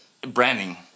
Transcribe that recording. branding